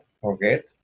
forget